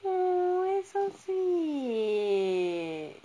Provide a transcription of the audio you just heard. !aww! that's so sweet